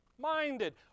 minded